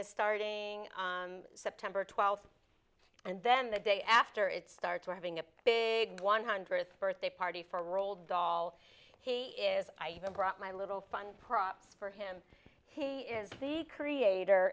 is starting september twelfth and then the day after it starts or having a big one hundredth birthday party for roald dahl he is i even brought my little fund props for him he is the creator